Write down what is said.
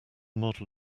model